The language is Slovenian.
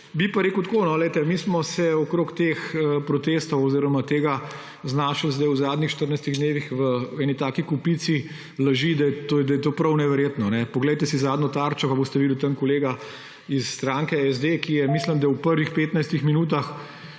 Bi pa rekel takole. Mi smo se okrog teh protestov oziroma tega znašli v zadnjih 14 dnevih v taki kopici laži, da je to prav neverjetno. Poglejte si zadnjo Tarčo pa boste videli tam kolega iz stranke SD, ki je, mislim da, v prvih 15 minutah